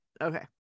okay